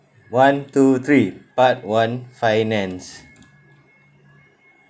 one two three part one finance